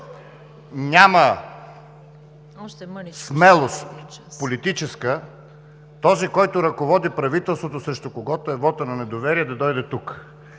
няма смелост – политическа, този, който ръководи правителството, срещу когото е вотът на недоверие, да дойте тук.